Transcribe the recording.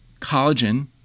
collagen